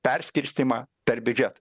perskirstymą per biudžetą